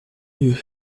dieu